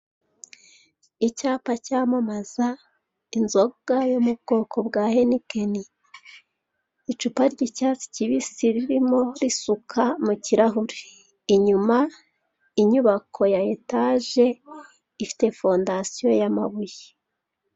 Icyapa cyamamaza inzoga yo mu bwoko bwa henikeni, icupa ry'icyatsi kibisi ririmo risuka mu kirahure, inyuma inyubako ya etaje ifite fondasiyo y'amabuye.